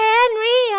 Henry